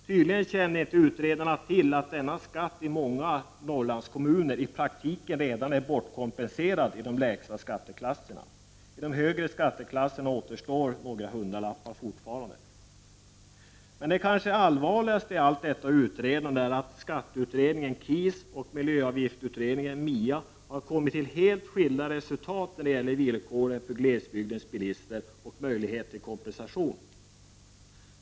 Tydligen har utredarna inte känt till att denna skatt i många Norrlands kommuner i praktiken redan är bortkompenserad i de lägsta skatteklasserna. I de högre skatteklasserna återstår några hundralappar fortfarande. Men det kanske allvarligaste i allt detta utredande är att skatteutredningen, KIS, och miljöavgiftsutredningen, MIA, har kommit till helt skilda resultat när det gäller villkoren för glesbygdens bilister och möjligheterna till kompensation.